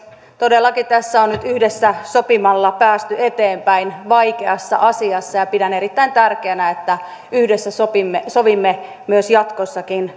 todellakin tässä on nyt yhdessä sopimalla päästy eteenpäin vaikeassa asiassa ja ja pidän erittäin tärkeänä että yhdessä sovimme myös